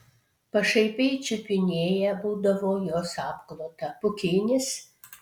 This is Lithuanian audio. pašaipiai čiupinėja būdavo jos apklotą pūkinis